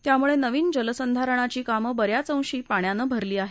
त्यामुळे नवीन जलसंधारणाची कामं बऱ्याच अंशी पाण्यानं भरली आहेत